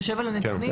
שיושב על הנתונים.